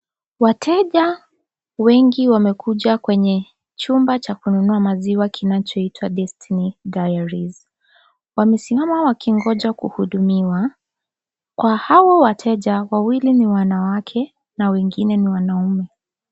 Wateja wengi wamekuja kwenye chumba cha kununua maziwa, kinachoitwa Destiny Dairies. Wamesimama wakingoja kuhudumiwa. Kwa hawa wateja, wawili ni wanawake, wengine ni wanaume.